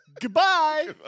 Goodbye